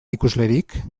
ikuslerik